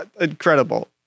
incredible